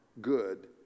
good